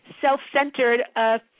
self-centered